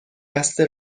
بسته